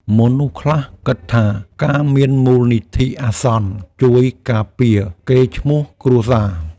មនុស្សខ្លះគិតថា ការមានមូលនិធិអាសន្នជួយការពារកេរ្តិ៍ឈ្មោះគ្រួសារ។